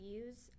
use